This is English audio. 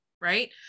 right